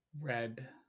red